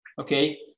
okay